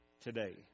today